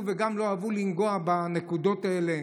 בהם וגם לא אהבו לנגוע בנקודות האלה.